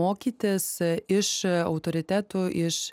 mokytis iš autoritetų iš